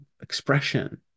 expression